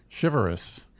Chivalrous